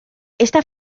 esta